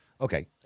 Okay